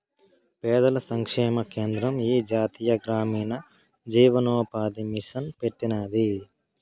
పేదల సంక్షేమ కేంద్రం ఈ జాతీయ గ్రామీణ జీవనోపాది మిసన్ పెట్టినాది